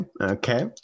Okay